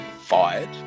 fired